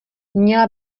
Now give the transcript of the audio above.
měla